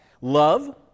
love